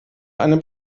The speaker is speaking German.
eine